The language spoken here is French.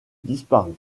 disparue